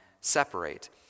separate